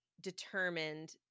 determined